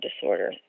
disorder